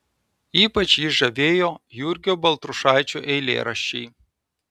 ypač jį žavėjo jurgio baltrušaičio eilėraščiai